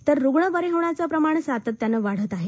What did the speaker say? तर रुग्ण बरे होण्याचे प्रमाण सातत्यानं वाढत आहे